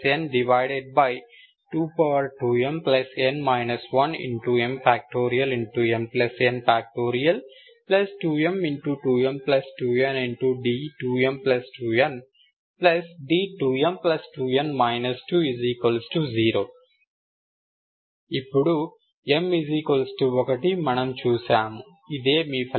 2m2m2nd2m2nd2m2n 20 ఇప్పుడు m 1 మనము చూశాము ఇదే మీ ఫలితం